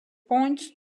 points